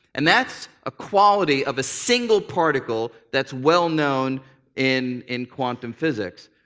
and that's a quality of a single particle that's well known in in quantum physics.